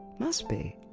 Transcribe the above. must be.